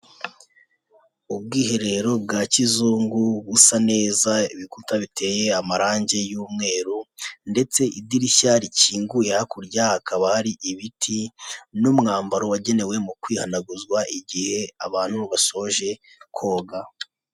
Ubwiherero bwa kizungu busa neza, ibikuta biteye amarangi y'umweru ndetse idirishya rikinguye hakurya hakaba hari ibiti n'umwambaro wagenewe mu kwihanaguzwa igihe abantu basoje koga.